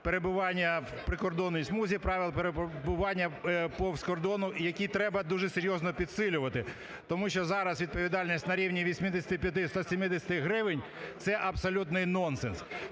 перебування в прикордонній смузі, правил перебування повз кордону, які треба дуже серйозно підсилювати, тому що зараз відповідальність на рівні 85-170 гривень, це абсолютний нонсенс,